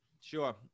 Sure